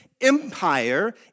empire